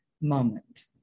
moment